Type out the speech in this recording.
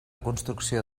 construcció